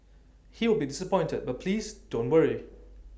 he will be disappointed but please don't worry